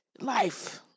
life